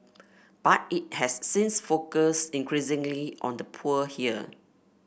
but it has since focused increasingly on the poor here